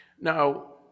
Now